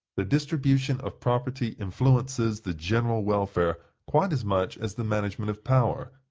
the distribution of property influences the general welfare quite as much as the management of power.